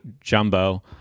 Jumbo